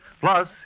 Plus